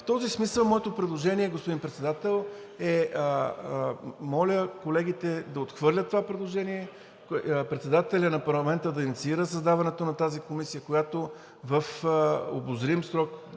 В този смисъл моето предложение, господин Председател, е – моля колегите да отхвърлят това предложение, председателят на парламента да инициира създаването на тази комисия, която в обозрим срок